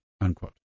unquote